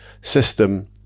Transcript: system